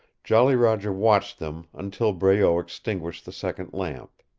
jolly roger watched them until breault extinguished the second lamp.